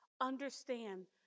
understand